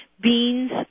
Beans